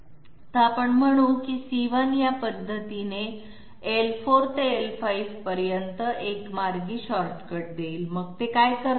तर आपण म्हणू की c1 या पद्धतीने l4 ते l5 पर्यंत एक मार्गी शॉर्टकट देईल मग ते काय करते